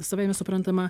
savaime suprantama